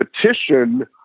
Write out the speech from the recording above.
petition